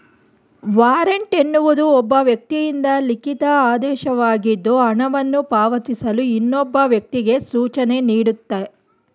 warrant ಎನ್ನುವುದು ಒಬ್ಬ ವ್ಯಕ್ತಿಯಿಂದ ಲಿಖಿತ ಆದೇಶವಾಗಿದ್ದು ಹಣವನ್ನು ಪಾವತಿಸಲು ಇನ್ನೊಬ್ಬ ವ್ಯಕ್ತಿಗೆ ಸೂಚನೆನೀಡುತ್ತೆ